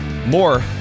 More